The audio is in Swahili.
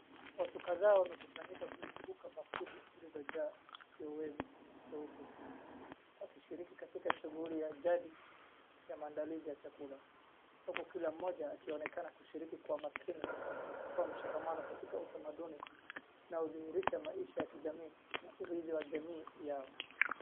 Watu kadhaa wamekusanyika kuzunguka bakuli zilizo jaa kiowevu cheupe, akishiriki katika shughuli ya jadi ya maandalizi ya chakula huku kila mmoja akionekana kushuriki kwa makini na kwa mshikamano katika utamaduni unaodhirisha maisha ya kijamii na uridhi wa jamii yao.